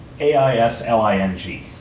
A-I-S-L-I-N-G